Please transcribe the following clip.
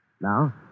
Now